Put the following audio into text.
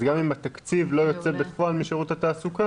אז גם אם התקציב לא יוצא בפועל משירות התעסוקה,